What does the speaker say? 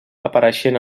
apareixent